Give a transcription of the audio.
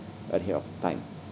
ahead of time